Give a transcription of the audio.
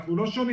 אנחנו לא שונים.